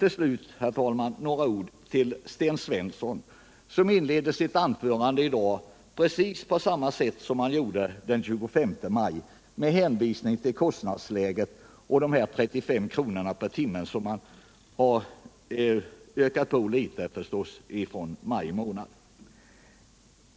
Till slut, herr talman, några ord till Sten Svensson, som inledde sitt anförande i dag precis på samma sätt som han gjorde den 25 maj, dvs. med en hänvisning till kostnadsläget och de 35 kronorna per timme, som har ökat litet grand förstås från maj månad.